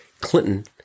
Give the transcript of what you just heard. Clinton